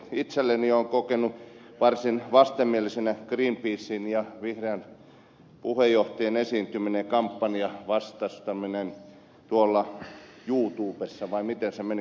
itse olen kokenut varsin vastenmielisenä greenpeacen ja vihreän puheenjohtajan esiintymisen ja vastustamiskampanjan tuolla youtubessa vai miten se meni kun tv äskeisessä puheenvuorossa vähän kiellettiin